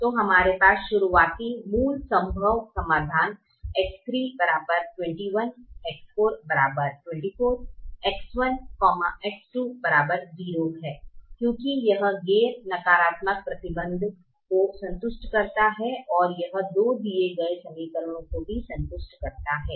तो हमारे पास शुरुआती मूल संभव समाधान X3 21 X4 24 X1 X2 0 है क्योंकि यह गैर नकारात्मकता प्रतिबंध को संतुष्ट करता है ओर यह दो दिए गए समीकरणों को भी संतुष्ट करता है